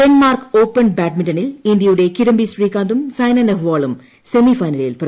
Denmark open ബാഡ്മിന്റണിൽ ഇന്ത്യയുടെ കിഡംബി ശ്രീകാന്തും സൈന നെഹ്വാളും സെമിഫൈനലിൽ പ്രവേശിച്ചു